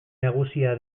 nagusia